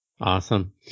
Awesome